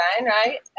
right